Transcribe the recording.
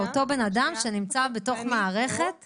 איך אתם עוזרים לאותו אדם שנמצא בתוך מערכת --- שניה,